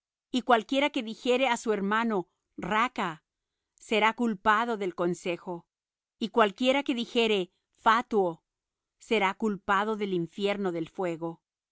y cualquiera que dijere á su hermano raca será culpado del concejo y cualquiera que dijere fatuo será culpado del infierno del fuego